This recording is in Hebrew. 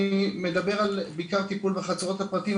אני מדבר בעיקר טיפול בחצרות הפרטיים,